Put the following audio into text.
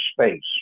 space